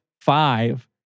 five